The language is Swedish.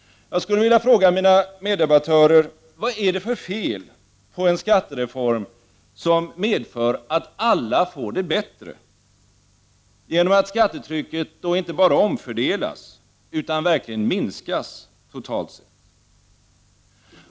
Jag skulle vilja fråga mina meddebattörer: Vad är det för fel på en skattereform, som medför att alla får det bättre genom att skattetrycket inte bara omfördelas utan verkligen minskas totalt sett?